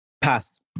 Pass